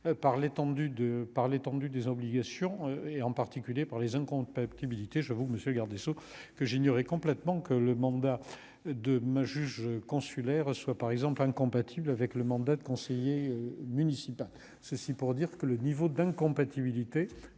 par l'étendue des obligations, et en particulier par les incompatibilités je vous monsieur le garde des Sceaux, que j'ignorais complètement que le mandat de ma juges consulaires, soit par exemple incompatible avec le mandat de conseiller municipal, ceci pour dire que le niveau d'incompatibilité,